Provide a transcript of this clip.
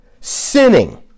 sinning